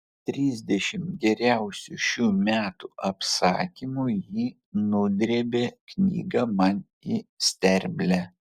trisdešimt geriausių šių metų apsakymų ji nudrėbė knygą man į sterblę